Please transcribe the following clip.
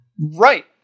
Right